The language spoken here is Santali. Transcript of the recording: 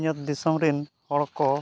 ᱥᱤᱧᱚᱛ ᱫᱤᱥᱚᱢᱨᱮᱱ ᱦᱚᱲᱠᱚ